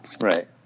Right